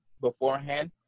beforehand